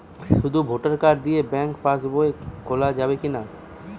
শুধু voter card দিয়ে bank pass বই খোলা যাবে কিনা?